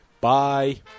Bye